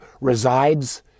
resides